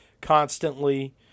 constantly